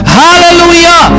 hallelujah